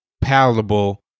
palatable